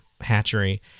Hatchery